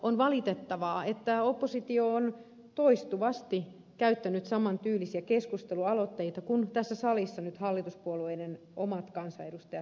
on valitettavaa että oppositio on toistuvasti käyttänyt samantyylisiä keskustelualoitteita kuin tässä salissa nyt hallituspuolueiden omat kansanedustajat käyttävät